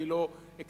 אני לא אכנס,